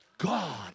God